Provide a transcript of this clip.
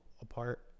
apart